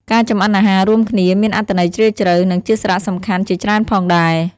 ការចម្អិនអាហាររួមគ្នាមានអត្ថន័យជ្រាលជ្រៅ និងជាសារៈសំខាន់ជាច្រើនផងដែរ ។